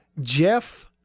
Jeff